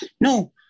no